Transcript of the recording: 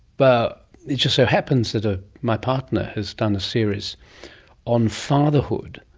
but it just so happens that ah my partner has done a series on fatherhood,